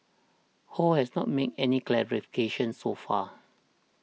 ho has not made any clarifications so far